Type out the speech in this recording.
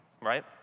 right